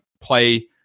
play